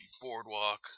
Boardwalk